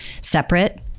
separate